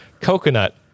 coconut